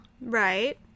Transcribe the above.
Right